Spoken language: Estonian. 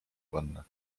panna